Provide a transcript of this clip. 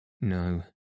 No